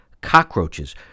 cockroaches